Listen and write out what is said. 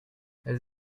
elles